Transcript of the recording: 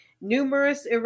numerous